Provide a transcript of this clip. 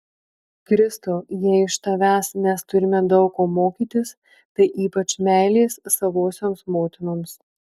kristau jei iš tavęs mes turime daug ko mokytis tai ypač meilės savosioms motinoms